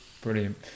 brilliant